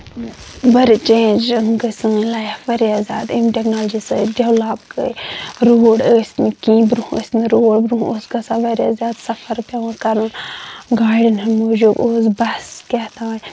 واریاہ چینج گٔے سٲنۍ لایف واریاہ زیادٕ اِمہِ ٹیٚکنالجی سۭتۍ ڈیٚولَپ گٔے روڈ ٲسۍ نہٕ کیٚنٛہہ برونٛہہ ٲسۍ نہٕ روڈ برونٛہہ اوس گژھان واریاہ زیادٕ سَفر پیٚوان کَرُن گاڑٮ۪ن ہٕنٛدۍ موٗجوٗب ٲسۍ بَس کیاتھانۍ